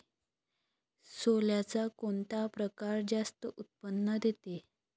सोल्याचा कोनता परकार जास्त उत्पन्न देते?